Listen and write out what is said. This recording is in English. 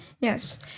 yes